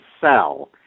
sell